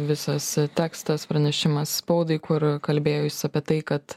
visas tekstas pranešimas spaudai kur kalbėjo jis apie tai kad